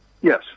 Yes